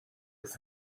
with